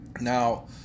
Now